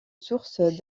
source